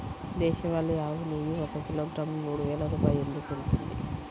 దేశవాళీ ఆవు నెయ్యి ఒక కిలోగ్రాము మూడు వేలు రూపాయలు ఎందుకు ఉంటుంది?